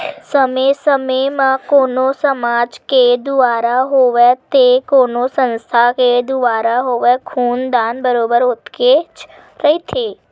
समे समे म कोनो समाज के दुवारा होवय ते कोनो संस्था के दुवारा होवय खून दान बरोबर होतेच रहिथे